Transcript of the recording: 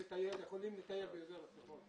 לא באנו לטייל, יכולים לטייל באזור הצפון.